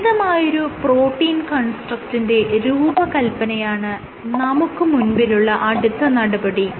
നിയതമായൊരു protein കൺസ്ട്രക്ടിന്റെ രൂപകൽപനയാണ് നമുക്ക് മുൻപിലുള്ള അടുത്ത നടപടി